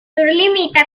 limita